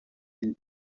vint